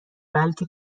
بلکه